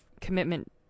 commitment